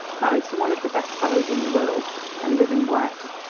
married to one of the best fellows in the world and living west.